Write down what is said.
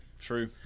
true